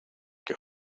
que